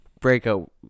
breakout